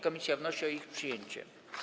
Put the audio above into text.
Komisja wnosi o ich przyjęcie.